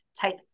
type